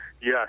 Yes